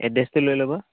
এড্ৰেছটো লৈ ল'ব